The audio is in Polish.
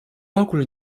ogóle